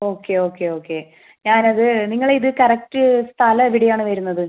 okay okay okay ഞാൻ അത് നിങ്ങളെ ഇത് കറക്റ്റ് സ്ഥലം എവിടെയാണ് വരുന്നത്